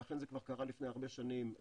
וזה קרה לפני הרבה שנים,